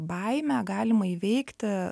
baimę galima įveikti